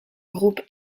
groupe